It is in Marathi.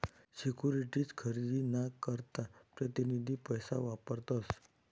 सिक्युरीटीज खरेदी ना करता प्रतीनिधी पैसा वापरतस